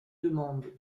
demande